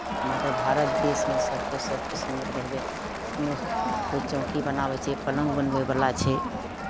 मतलब भारत देशमे सभके सभ किसिमके हेवए कोनो कोइ चौकी बनाबै छै पलङ्ग बनबयवला छै